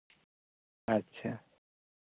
ᱟᱪᱪᱷᱟ